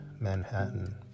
Manhattan